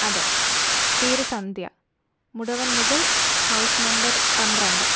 അതെ പേര് Sandhya Mudavanmugal house number പന്ത്രണ്ട്